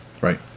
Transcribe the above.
right